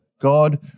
God